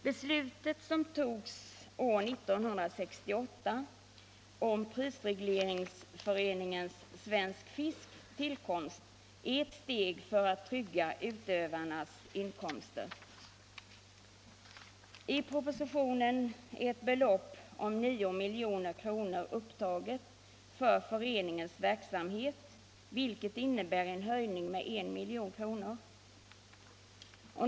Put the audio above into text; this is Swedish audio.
Beslutet som togs är 1968 om tillkomsten av prisregleringstöreningen Svensk fisk är ett steg för att trygga utövarnas inkomster. I propositionen är ett belopp om 9 milj.kr. upptaget för föreningens verksamhet, vilket innebär en höjning med 1 milj.kr.